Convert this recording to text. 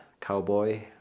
cowboy